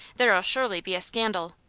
there'll surely be a scandal.